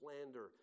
slander